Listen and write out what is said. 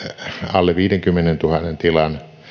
alle viidenkymmenentuhannen tilan